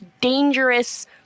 dangerous